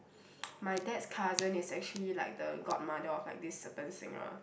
my dad's cousin is actually like the godmother of like this certain singer